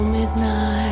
midnight